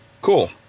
Cool